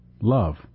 love